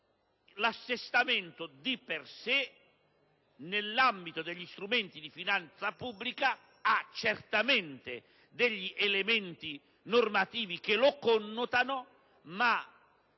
l'assestamento, di per sé, nell'ambito degli strumenti di finanza pubblica, ha certamente degli elementi normativi che lo connotano ma